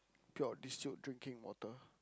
pure distilled drinking water